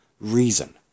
reason